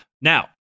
Now